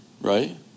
right